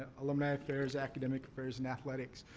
alumni affairs, academic affairs, and athletics.